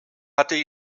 hatte